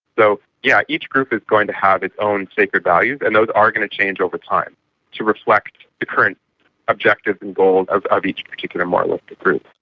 so yes, yeah each group is going to have its own sacred values and they are going to change over time to reflect the current objective and goals of of each particular moralistic group.